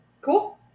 Cool